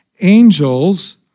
Angels